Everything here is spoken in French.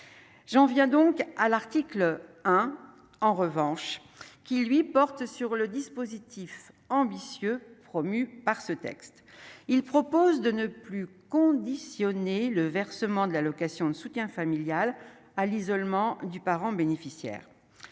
j'en viens donc à l'article 1 en revanche qui lui porte sur le dispositif ambitieux promu par ce texte, il propose de ne plus conditionner le versement de l'allocation de soutien familial à l'isolement du parent bénéficiaire